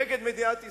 נגד מדינת ישראל,